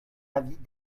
avis